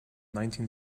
nineteen